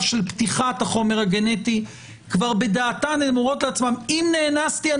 פתיחת החומר הגנטי אומרות לעצמן: אם נאנסתי,